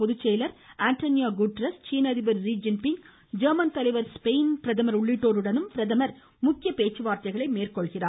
பொதுச்செயலர் Antonio Guterres சீன அதிபர் ஸி ஜின் பிங் ஜெர்மன் தலைவர் ஸ்பெயின் பிரதமர் உள்ளிட்டோருடன் பிரதமர் முக்கிய பேச்சு வார்த்தைகளை மேந்கொள்கிறார்